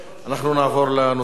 אנחנו נעבור לנושא הבא,